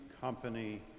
company